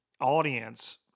audience